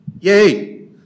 Yay